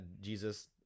Jesus